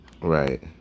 Right